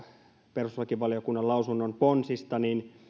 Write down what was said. perustuslakivaliokunnan lausunnon ponsista